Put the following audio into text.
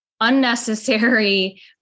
unnecessary